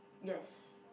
yes